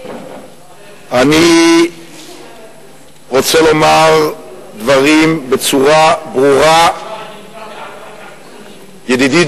אני רוצה לומר דברים בצורה ברורה ידידי,